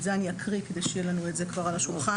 את זה אני אקריא כדי שיהיה לנו את זה על השולחן.